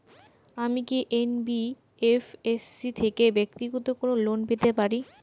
আমি কি এন.বি.এফ.এস.সি থেকে ব্যাক্তিগত কোনো লোন পেতে পারি?